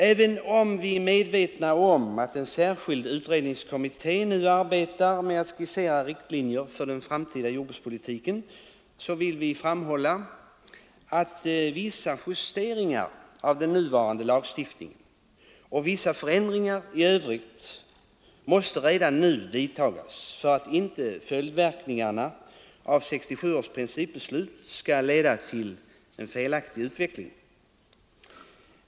Även om vi vet att en särskild utredningskommitté arbetar med att skissera riktlinjer för den framtida jordbrukspolitiken vill vi framhålla att vissa justeringar av den nuvarande lagstiftningen och vissa förändringar i övrigt redan nu måste vidtas för att inte följdverkningarna av 1967 års principbeslut skall leda till en felaktig utveckling.